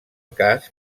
cas